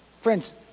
friends